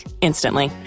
instantly